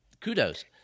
kudos